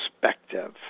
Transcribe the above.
perspective